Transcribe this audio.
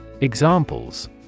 Examples